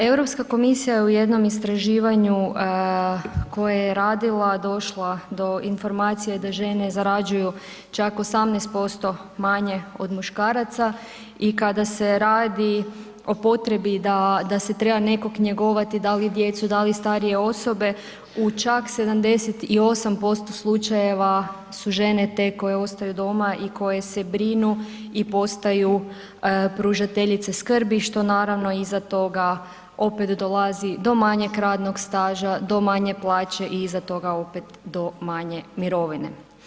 Europska komisija u jednom istraživanju koje je radila došla do informacije da žene zarađuju čak 18% manje od muškaraca i kada se radi o potrebi da se treba nekoga njegovati da li djecu, da li starije osobe u čak 78% slučajeva su žene te koje ostaju doma i koje se brinu i postaju pružateljice skrbi, što naravno iza toga opet dolazi do manje radnog staža, do manje plaće i iza toga opet do manje mirovine.